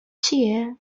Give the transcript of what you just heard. چیه